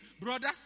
Brother